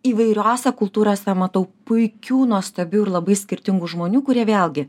įvairiose kultūrose matau puikių nuostabių ir labai skirtingų žmonių kurie vėlgi